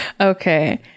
Okay